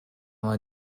vingt